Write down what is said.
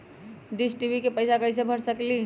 Dish TV के पैईसा कईसे भर सकली?